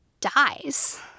dies